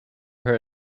her